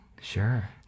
Sure